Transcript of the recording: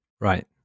Right